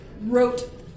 wrote